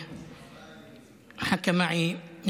והאמירויות.